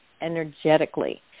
energetically